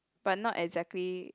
but not exactly